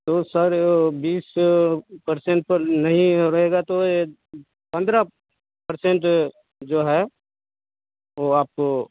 तो सर बीस परसेंट पर नहीं रहेगा तो ये पंद्रह परसेंट जो है वो आप